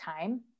time